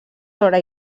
sobre